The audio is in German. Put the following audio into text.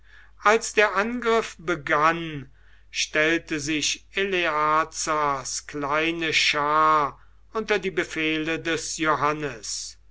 als der angriff begann stellte sich eleazars kleine schar unter die befehle des johannes